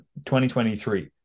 2023